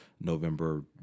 november